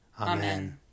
Amen